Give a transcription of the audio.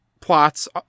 plots